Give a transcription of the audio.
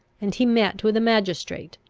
and he met with a magistrate,